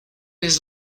his